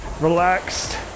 relaxed